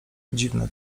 dziwny